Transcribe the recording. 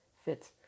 fits